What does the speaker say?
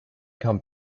come